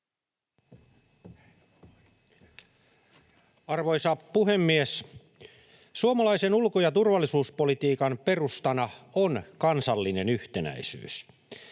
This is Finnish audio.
Arvoisa puhemies! Suomalaisen ulko- ja turvallisuuspolitiikan perustana on kansallinen yhtenäisyys.